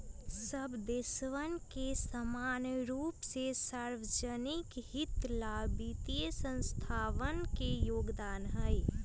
सब देशवन में समान रूप से सार्वज्निक हित ला वित्तीय संस्थावन के योगदान हई